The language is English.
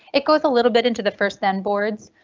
it goes a little bit into the first ten boards.